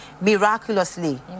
miraculously